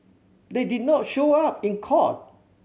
they did not show up in court